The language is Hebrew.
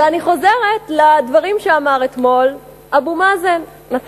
ואני חוזרת לדברים שאמר אתמול אבו מאזן.